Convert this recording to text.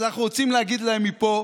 אז אנחנו רוצים להגיד להם מפה: